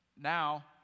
Now